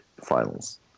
finals